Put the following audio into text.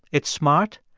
it's smart.